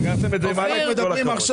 אל תדאג.